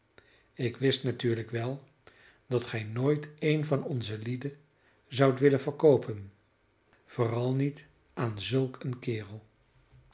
ik wist natuurlijk wel dat gij nooit een van onze lieden zoudt willen verkoopen vooral niet aan zulk een kerel